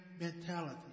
mentality